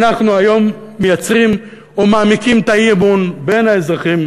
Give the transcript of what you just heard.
אנחנו היום מייצרים או מעמיקים את האי-אמון בין האזרחים